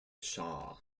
shah